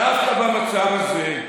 דווקא במצב הזה,